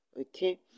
okay